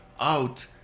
out